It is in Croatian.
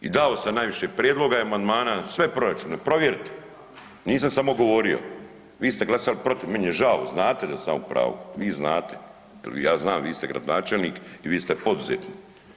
I dao samo najviše prijedloga i amandmana na sve proračune, provjerite, nisam samo govorio, vi ste glasali protiv, meni je žao, znate da sam ja u pravu, vi znate jel ja znam vi ste gradonačelnik i vi ste poduzetnik.